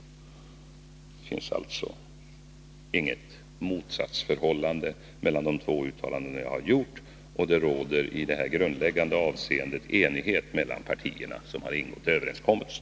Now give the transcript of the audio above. Det finns alltså inget motsatsförhållande mellan de två uttalanden jag har gjort, och det råder i det här grundläggande avseendet enighet mellan de partier som ingått överenkommelsen.